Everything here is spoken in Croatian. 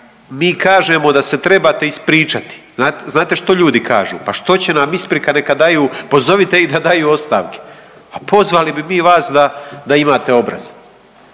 mi kažemo da se trebate ispričati, znate što ljudi kažu, pa što će nam isprika neka daju, pozovite ih da daju ostavke. A pozvali bi mi vas da imate obraza,